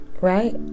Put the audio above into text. Right